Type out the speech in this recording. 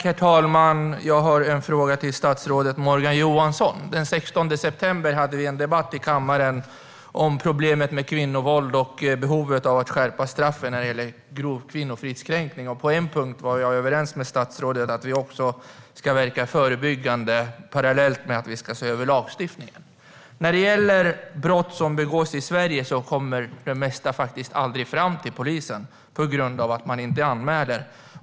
Herr talman! Jag har en fråga till statsrådet Morgan Johansson. Den 16 september hade vi en debatt i kammaren om problemet med våld mot kvinnor och om behovet av att skärpa straffen för grov kvinnofridskränkning. På en punkt var jag överens med statsrådet, nämligen att vi ska verka förebyggande parallellt med att vi ser över lagstiftningen. Vad gäller brott som begås i Sverige kommer det mesta faktiskt aldrig fram till polisen på grund av att man inte anmäler.